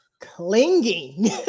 clinging